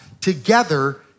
Together